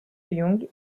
young